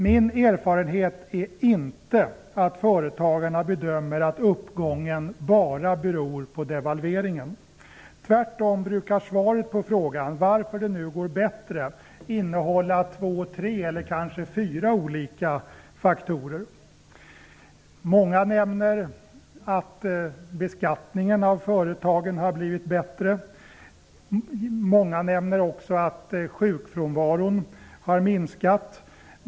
Min erfarenhet är inte att företagarna bedömer att uppgången bara beror på devalveringen. Svaret på frågan varför det nu går bättre brukar tvärtom innehålla två, tre eller kanske fyra olika faktorer. Många nämner att beskattningen av företagen har blivit bättre. Många nämner också att sjukfrånvaron har minskat.